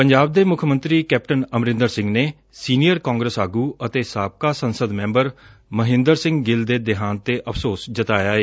ਪੰਜਾਬ ਦੇ ਮੁੱਖ ਮੰਤਰੀ ਕੈਪਟਨ ਅਮਰਿੰਦਰ ਸਿੰਘ ਨੇ ਸੀਨੀਅਰ ਕਾਂਗਰਸ ਆਗੁ ਅਤੇ ਸਾਬਕਾ ਸੰਸਦ ਮੈਬਰ ਮਹਿੰਦਰ ਸਿੰਘ ਗਿੱਲ ਦੇ ਦੇਹਾਂਤ ਤੇ ਅਫਸੋਸ ਜਤਾਇਆ ਏ